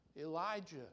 Elijah